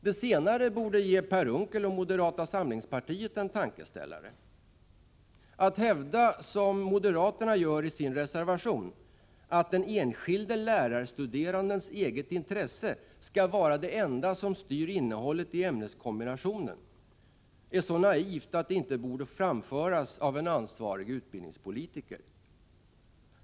Det senare borde ge Per Unckel och moderata samlingspartiet en tankeställare. Att hävda, som moderaterna gör i sin reservation, att den enskilde lärarstuderandens eget intresse skall vara det enda som styr innehållet i ämneskombinationen är så naivt att det inte borde framföras av en ansvarig utbildningspolitiker.